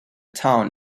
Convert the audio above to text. town